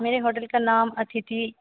मेरे होटल का नाम अथिथि